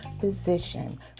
physician